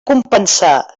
compensar